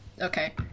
Okay